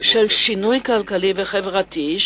של שינוי כלכלי וחברתי,